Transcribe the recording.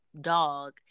dog